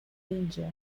danger